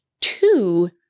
Two